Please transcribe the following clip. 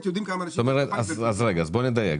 אז בוא נדייק.